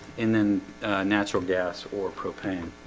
and then natural gas or propane